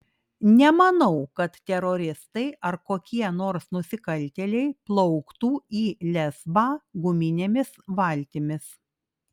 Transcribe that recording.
nemanau kad teroristai ar kokie nors nusikaltėliai plauktų į lesbą guminėmis valtimis